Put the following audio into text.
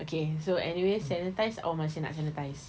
okay so anyway sanitise awak masih nak sanitise